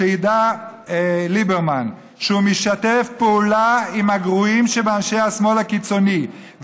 שידע ליברמן שהוא משתף פעולה עם הגרועים שבאנשי השמאל הקיצוני.